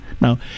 Now